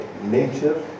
nature